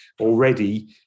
already